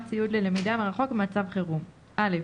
ציוד ללמידה מרחוק במצב חירום 15. (א)